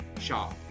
shop